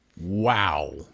Wow